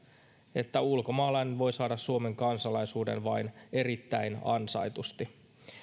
että ulkomaalainen voi saada suomen kansalaisuuden vain erittäin ansaitusti